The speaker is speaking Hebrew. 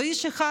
ואיש אחד,